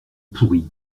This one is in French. pourrie